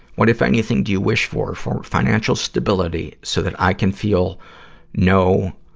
what, if anything, do you wish for? for financial stability, so that i can feel no,